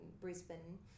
Brisbane